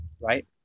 right